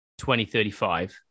2035